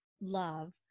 love